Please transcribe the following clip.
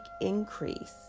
increase